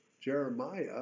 Jeremiah